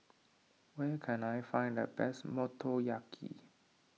where can I find the best Motoyaki